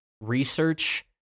research